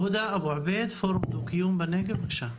הודא אבו עבד, פורום דו קיום בנגב, בבקשה.